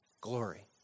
Glory